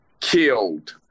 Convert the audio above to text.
killed